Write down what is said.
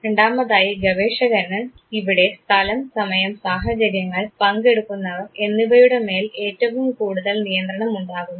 രണ്ടാമതായി ഗവേഷകന് ഇവിടെ സ്ഥലം സമയം സാഹചര്യങ്ങൾ പങ്കെടുക്കുന്നവർ എന്നിവയുടെമേൽ ഏറ്റവും കൂടുതൽ നിയന്ത്രണം ഉണ്ടാകുന്നു